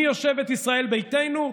עם מי יושבת ישראל ביתנו?